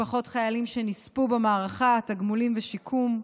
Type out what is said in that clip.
משפחות חיילים שנספו במערכה (תגמולים ושיקום)